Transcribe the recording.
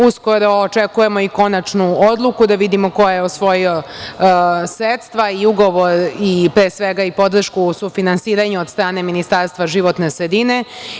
Uskoro očekujemo i konačnu odluku, da vidimo ko je osvojio sredstva, ugovor i, pre svega, podršku u sufinansiranju od strane Ministarstva životne sredine.